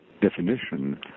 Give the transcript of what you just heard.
Definition